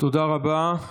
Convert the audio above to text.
תודה רבה.